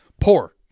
Poor